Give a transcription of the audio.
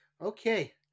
Okay